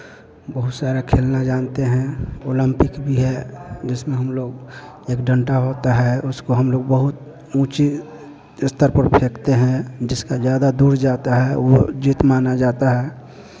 बहुत सारा खेलना जानते हैं ओलम्पिक भी है जिसमें हम लोग एक डंडा होता है उसको हम लोग बहुत ऊँचे स्तर पर फेंकते हैं जिसका ज़्यादा दूर जाता है वो जीत माना जाता है